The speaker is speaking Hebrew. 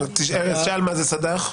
ארז שאל מה זה סד"ח.